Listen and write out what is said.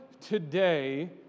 today